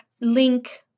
link